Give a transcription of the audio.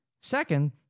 Second